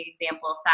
example